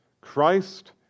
Christ